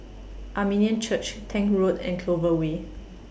Armenian Church Tank Road and Clover Way